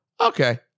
okay